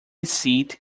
seat